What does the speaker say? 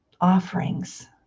offerings